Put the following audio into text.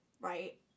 right